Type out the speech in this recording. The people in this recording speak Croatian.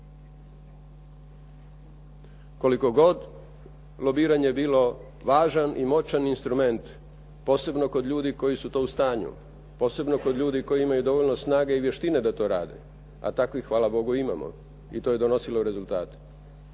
Koliko god lobiranje bilo važan i moćan instrument posebno kod ljudi koji su to u stanju, posebno kod ljudi koji imaju dovoljno snage i vještine da to rade, a takvih hvala Bogu imamo i to je donosilo rezultate